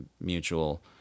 mutual